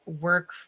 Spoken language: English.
work